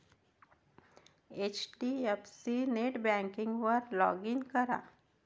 HDFC नेटबँकिंगवर log in करा